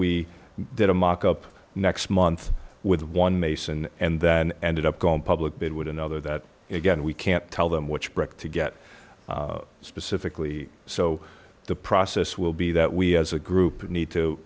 we did a mock up next month with one mason and then ended up going public bid would another that again we can't tell them which direct to get specifically so the process will be that we as a group need to